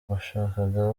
bashakaga